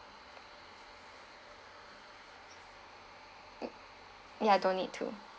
yeah don't need to